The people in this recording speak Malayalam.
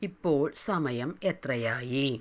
ഇപ്പോൾ സമയം എത്രയായി